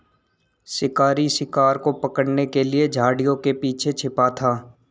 शिकारी शिकार को पकड़ने के लिए झाड़ियों के पीछे छिपा था